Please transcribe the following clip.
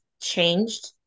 changed